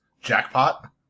Jackpot